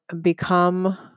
become